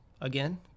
Again